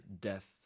death